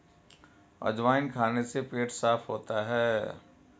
अजवाइन खाने से पेट साफ़ होता है